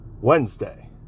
Wednesday